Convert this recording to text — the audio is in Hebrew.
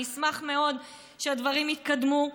אני אשמח מאוד שהדברים יתקדמו,